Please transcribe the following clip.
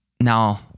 now